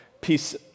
piece